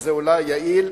וזה אולי יעיל,